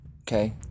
okay